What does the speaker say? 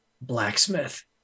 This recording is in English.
blacksmith